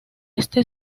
este